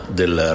del